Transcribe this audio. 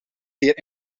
zeer